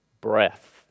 breath